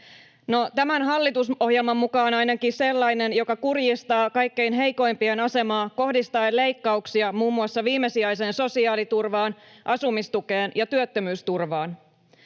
tämän hallitusohjelman mukaan ainakin sellainen, joka kurjistaa kaikkein heikoimpien asemaa kohdistaen leikkauksia muun muassa viimesijaiseen sosiaaliturvaan: asumistukeen ja työttömyysturvaan.